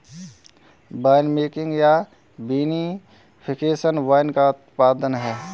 winemaking या vinification wine का उत्पादन है